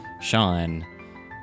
Sean